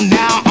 now